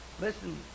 Listen